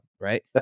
right